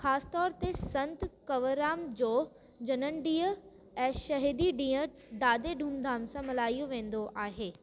ख़ासि तौर ते संत कवरराम जो जनमु ॾींहं ऐं शहीदी ॾींहुं ॾाढे धूम धाम सां मल्हायो वेंदो आहे